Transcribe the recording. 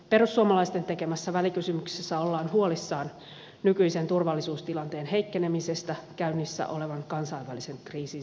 perussuomalaisten tekemässä välikysymyksessä ollaan huolissaan nykyisen turvallisuustilanteen heikkenemisestä käynnissä olevan kansainvälisen kriisin seurauksena